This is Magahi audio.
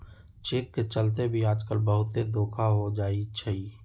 चेक के चलते भी आजकल बहुते धोखा हो जाई छई